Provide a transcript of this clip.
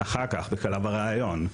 אחר כך בשלב הראיון.